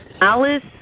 Alice